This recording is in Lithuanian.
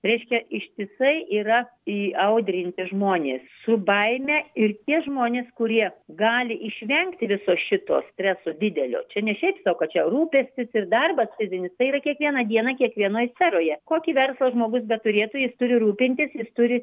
reiškia ištisai yra įaudrinti žmonės su baime ir tie žmonės kurie gali išvengti viso šito streso didelio čia ne šiaip sau kad čia rūpestis ir darbas fizinis tai yra kiekvieną dieną kiekvienoj sferoje kokį verslą žmogus beturėtų jis turi rūpintis jis turi